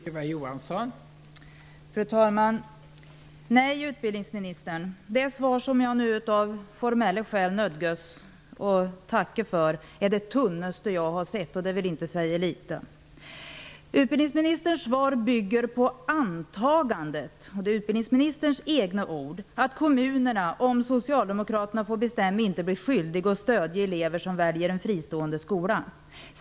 Fru talman! Nej, utbildningsministern, det har jag inte fått. Det svar som jag nu av formella skäl nödgas att tacka för är det tunnaste jag har sett, och det vill inte säga litet. Utbildningsministerns svar bygger på antagandet -- och det är utbildningsministerns egna ord -- att kommunerna om Socialdemokraterna får bestämma inte blir skyldiga att stöda elever som väljer en fristående skola.